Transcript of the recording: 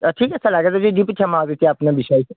ঠিক আছে লাগে যদি দি পঠিয়াম আৰু যেতিয়া আপুনি বিচাৰিছে